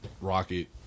Rocket